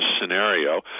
scenario